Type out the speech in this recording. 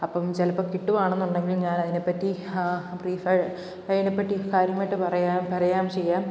അപ്പം ചിലപ്പോൾ കിട്ടുവാണെന്നുണ്ടെങ്കിൽ ഞാണ് അതിനെ പറ്റി ബ്രീഫ് അതിനെ പറ്റി കാര്യമായിട്ട് പറയാം പറയാം ചെയ്യാം